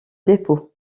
dépôt